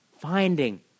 finding